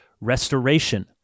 restoration